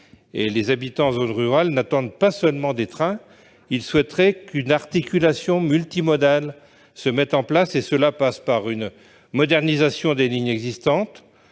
Les habitants des zones rurales ne veulent pas seulement des trains, ils souhaitent qu'une articulation multimodale soit mise en oeuvre. Cela passe par une modernisation des lignes existantes,